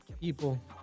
people